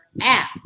app